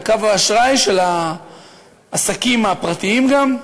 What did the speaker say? על קו האשראי של העסקים הפרטיים גם,